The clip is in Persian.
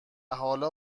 حالا